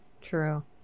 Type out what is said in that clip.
True